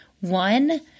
One